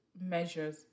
measures